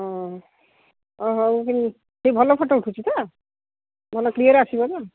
ହଁ ହ ହେଉ ଭଲ ଟିକେ ଭଲ ଫଟୋ ଉଠୁଛି ତ ଭଲ କ୍ଲିୟର୍ ଆସିବ ତ